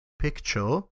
picture